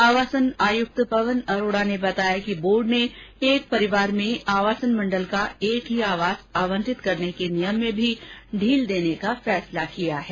आवासन आयुक्त पवन अरोड़ा ने बताया कि बोर्ड ने एक परिवार में आवासन मंडल का एक ही आवास आवंटित करने के नियम में भी ढील देने का निर्णय किया है